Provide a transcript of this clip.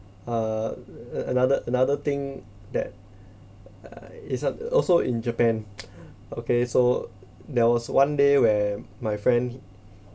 err another another thing that err is a also in japan okay so there was one day where my friend he